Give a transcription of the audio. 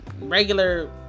regular